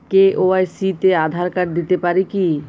KYC তে Aadhaar card দিতে পারি কি?